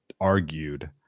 argued